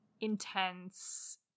Intense